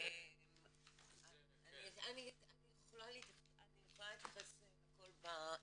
אני יכולה להתייחס להכל בסיכום,